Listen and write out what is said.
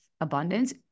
abundance